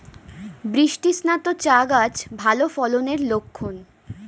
বৃষ্টিস্নাত চা গাছ ভালো ফলনের লক্ষন